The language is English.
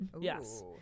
Yes